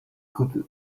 could